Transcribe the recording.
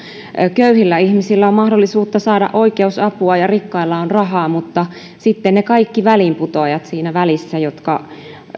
köyhillä ihmisillä on mahdollisuus saada oikeus apua ja rikkailla on rahaa mutta sitten ovat ne kaikki väliinputoajat siinä välissä jotka